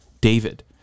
David